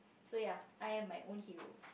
so ya I am my own hero